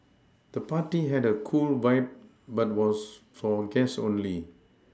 the party had a cool vibe but was for guests only